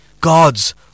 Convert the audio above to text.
God's